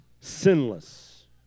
sinless